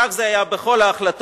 כך זה היה בכל ההחלטות,